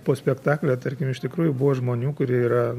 po spektaklio tarkim iš tikrųjų buvo žmonių kurie yra